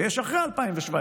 ויש אחרי 2017,